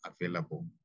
available